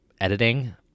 editing